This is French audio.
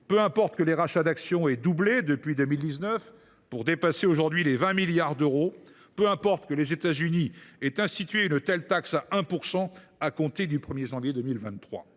Peu importe que les rachats d’actions aient doublé depuis 2019, pour dépasser aujourd’hui les 20 milliards d’euros. Peu importe que les États Unis aient institué une telle taxe à 1 %, à compter du 1 janvier 2023.